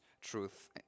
truth